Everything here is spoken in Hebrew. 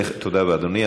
תודה רבה, אדוני.